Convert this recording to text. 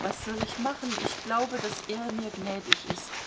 was soll ich machen ich glaube daß er mir gnädig ist